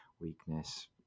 weakness